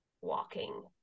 walking